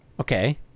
okay